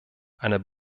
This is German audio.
einer